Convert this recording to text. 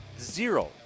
Zero